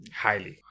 highly